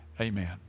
Amen